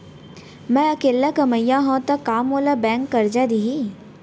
मैं अकेल्ला कमईया हव त का मोल बैंक करजा दिही?